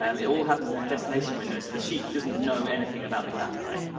um it all happens in the destination window so the sheet doesn't know anything about the fab, right?